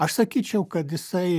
aš sakyčiau kad jisai